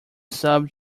sub